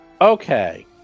Okay